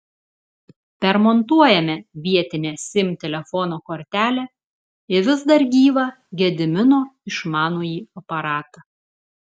permontuojame vietinę sim telefono kortelę į vis dar gyvą gedimino išmanųjį aparatą